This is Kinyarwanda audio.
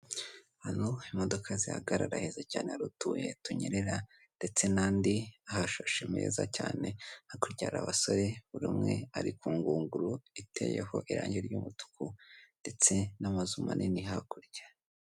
Ahantu imodoka zihagarara heza cyane hari utubuye tunyerera ndetse n'andi ahashashe meza cyane, hakurya hari abasore, buri umwe ari ku ngunguru iteyeho irangi ry'umutuku ndetse n'amazu manini hakurya.